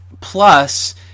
plus